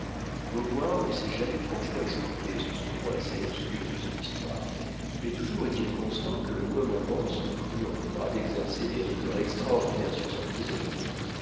femmes beauvoir ne s'est jamais franchement expliqué sur ce point assez obscur de son histoire mais toujours est-il constant que le commandant se crut en droit d'exercer des rigueurs extraordinaires sur son prisonnier